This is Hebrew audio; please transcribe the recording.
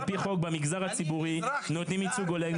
במגזר הציבורי נותנים ייצוג הולם,